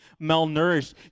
malnourished